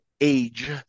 age